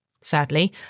Sadly